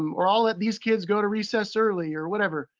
um or i'll let these kids go to recess early, or whatever.